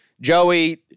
Joey